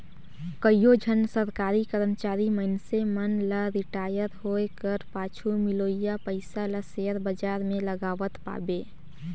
कइयो झन सरकारी करमचारी मइनसे मन ल रिटायर होए कर पाछू मिलोइया पइसा ल सेयर बजार में लगावत पाबे